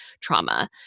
trauma